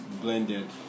blended